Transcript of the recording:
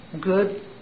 good